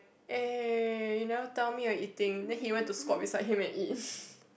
eh you never tell me you're eating then he went to squat beside him and eat